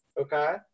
okay